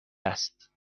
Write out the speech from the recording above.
است